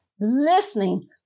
listening